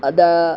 अतः